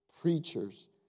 preachers